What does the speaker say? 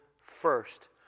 first